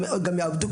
הם יעבדו,